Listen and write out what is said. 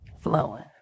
flowing